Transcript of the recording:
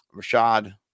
Rashad